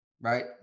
right